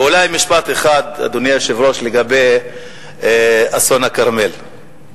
אולי משפט אחד, אדוני היושב-ראש, לגבי אסון הכרמל.